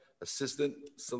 Assistant